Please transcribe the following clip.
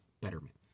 betterment